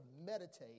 meditate